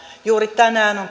juuri tänään on